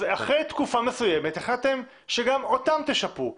אז אחרי תקופה מסוימת החלטתם שגם אותם תשפו.